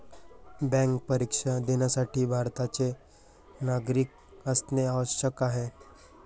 bank परीक्षा देण्यासाठी भारताचे नागरिक असणे आवश्यक आहे